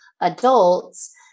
adults